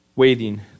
Waiting